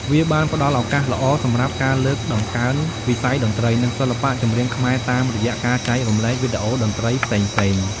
វាបានផ្ដល់ឱកាសល្អសម្រាប់ការលើកតម្កើងវិស័យតន្ត្រី និងសិល្បៈចម្រៀងខ្មែរតាមរយៈការចែករំលែកវីដេអូតន្ត្រីផ្សេងៗ។